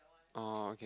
oh okay